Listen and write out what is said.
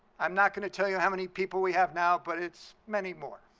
i'm not going to tell you how many people we have now, but it's many more.